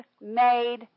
made